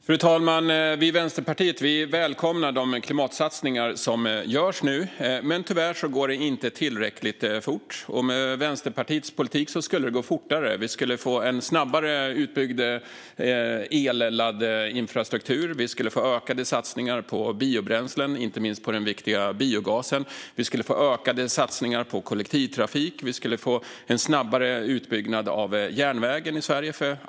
Fru talman! Vi i Vänsterpartiet välkomnar de klimatsatsningar som nu görs. Men tyvärr går det inte tillräckligt fort. Med Vänsterpartiets politik skulle det gå fortare. Vi skulle få en snabbare utbyggd elladdinfrastruktur. Vi skulle få ökade satsningar på biobränslen och inte minst på den viktiga biogasen. Vi skulle få ökade satsningar på kollektivtrafik. Vi skulle få en snabbare utbyggnad av järnvägen i Sverige.